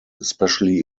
especially